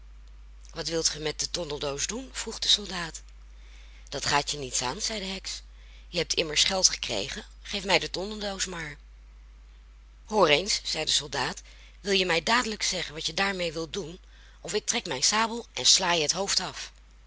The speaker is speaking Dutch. wat wilt ge met die tondeldoos doen vroeg de soldaat dat gaat je niets aan zei de heks je hebt immers geld gekregen geef mij de tondeldoos maar hoor eens zei de soldaat wil je mij dadelijk zeggen wat je daarmee wilt doen of ik trek mijn sabel en sla je het hoofd af